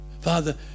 Father